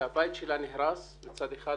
שהבית שלה נהרס מצד אחד,